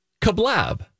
Kablab